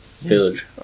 village